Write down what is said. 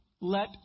Let